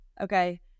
okay